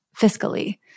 fiscally